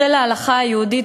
בשל ההלכה היהודית,